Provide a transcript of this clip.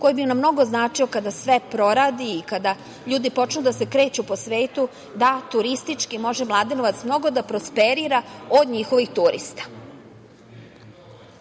koji bi nam mnogo značio kada sve proradi i kada ljudi počnu da se kreću po svetu, da turistički može Mladenovac mnogo da prosperira od njihovih turista. Tako